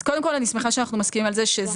אז קודם כל אנחנו מסכימים על זה שזה